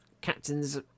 captain's